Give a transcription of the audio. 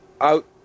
out